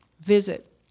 visit